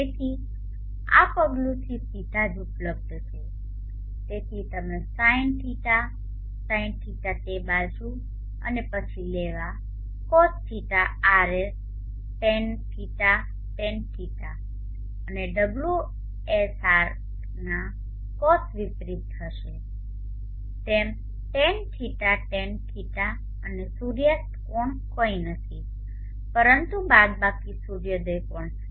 તેથી આ પગલું થી સીધા જ ઉપલબ્ધ છે જેથી તમે Sin 𝛿 Sinϕ તે બાજુ અને પછી લેવા Cosωrs Tans 𝛿 Tan ϕ અને ωsr ના Cos વિપરીત રહેશે Tan 𝛿 Tan ϕ અને સૂર્યાસ્ત કોણ કંઈ નથી પરંતુ બાદબાકી સૂર્યોદય કોણ છે